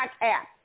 app